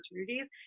opportunities